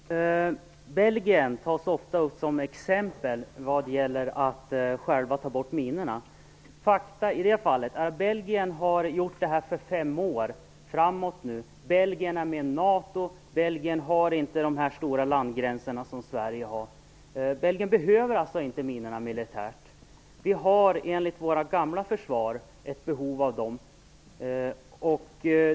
Fru talman! Belgien tas ofta upp som ett exempel när det gäller att ta bort minorna i det egna landet. Fakta i det fallet är följande. Belgien har förbjudit antipersonella minor för fem år framåt. Belgien är med i NATO och har inte de långa landgränser som Sverige har. Belgien behöver alltså inte minorna militärt. Vi har, enligt vårt gamla försvar, ett behov av minor.